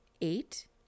eight